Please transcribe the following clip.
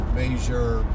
measure